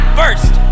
first